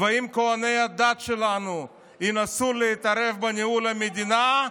ואם כוהני הדת שלנו ינסו להתערב בניהול המדינה,